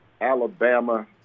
Alabama